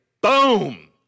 Boom